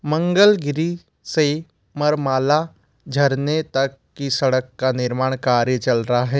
मंगलगिरी से मार्माला झरने तक की सड़क का निर्माण कार्य चल रहा है